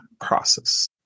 process